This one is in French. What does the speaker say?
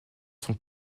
sont